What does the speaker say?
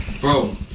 Bro